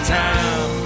time